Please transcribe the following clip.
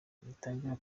ritangira